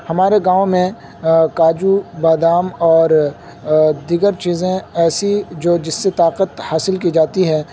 ہمارے گاؤں میں کاجو بادام اور دیگر چیزیں ایسی جو جس سے طاقت حاصل کی جاتی ہے